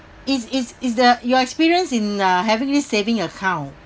is is is the your experience in uh having this saving account